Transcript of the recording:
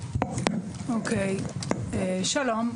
שלום,